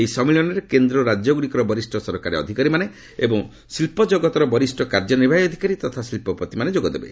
ଏହି ସମ୍ମିଳନୀରେ କେନ୍ଦ୍ର ଓ ରାଜ୍ୟଗୁଡ଼ିକର ବରିଷ୍ଠ ସରକାରୀ ଅଧିକାରୀମାଣେନ ଏବଂ ଶିଳ୍ପ ଜଗତର ବରିଷ୍ଣ କାର୍ଯ୍ୟନିର୍ବାହୀ ଅଧିକାରୀ ତଥା ଶିଳ୍ପପତିମାନେ ଯୋଗଦେବେ